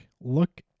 Look